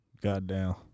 Goddamn